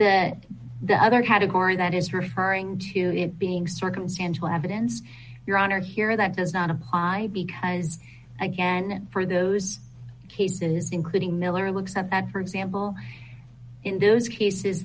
that the other had to that is referring to it being circumstantial evidence your honor here that does not apply because again for those cases including miller looks up at her example in those cases